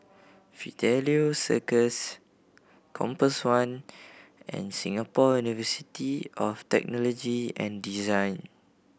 Fidelio Circus Compass One and Singapore University of Technology and Design